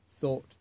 thought